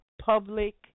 public